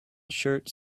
shirt